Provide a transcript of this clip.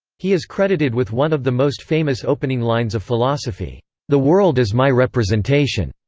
he is credited with one of the most famous opening lines of philosophy the world is my representation.